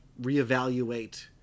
reevaluate